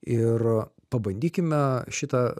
ir pabandykime šitą